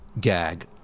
gag